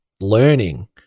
learning